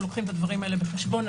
אנו לוקחים אותן בחשבון.